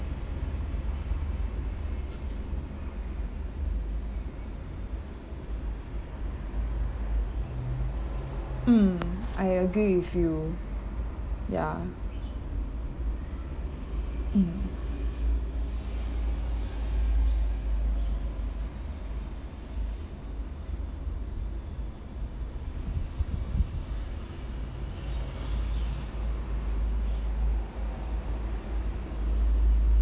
mm I agree with you ya mm